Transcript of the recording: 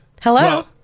Hello